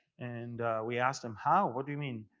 and we asked them how? what do you mean?